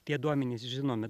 tie duomenys žinomi